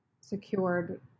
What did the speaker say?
secured